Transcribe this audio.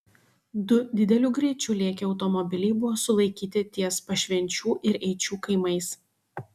du dideliu greičiu lėkę automobiliai buvo sulaikyti ties pašvenčių ir eičių kaimais